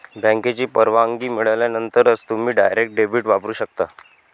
बँकेची परवानगी मिळाल्यानंतरच तुम्ही डायरेक्ट डेबिट वापरू शकता